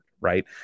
right